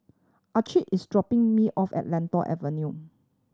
Ancil is dropping me off at Lentor Avenue